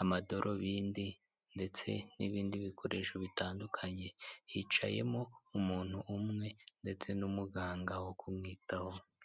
amadarubindi ndetse n'ibindi bikoresho bitandukanye hicayemo umuntu umwe ndetse n'umuganga wo kumwitaho.